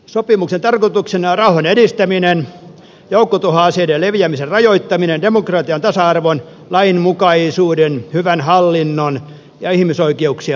sopimuksen tarkoituksena on rauhan edistäminen joukkotuhoaseiden leviämisen rajoittaminen sekä demokratian tasa arvon lainmukaisuuden hyvän hallinnon ja ihmisoikeuksien vahvistaminen